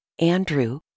Andrew